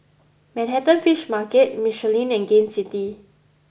Manhattan Fish Market Michelin and Gain City